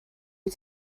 wyt